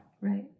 Right